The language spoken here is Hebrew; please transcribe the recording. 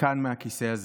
כאן מהכיסא הזה,